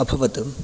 अभवत्